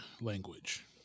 language